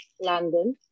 London